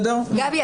גבי,